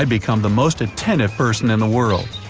and become the most attentive person in the world.